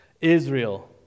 Israel